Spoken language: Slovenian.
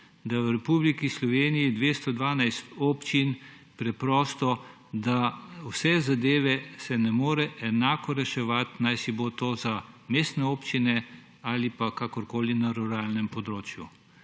da v Republiki Sloveniji 212 občin preprosto ne more vse zadeve enako reševati, najsi bo to za mestne občine ali pa kakorkoli na ruralnem področju.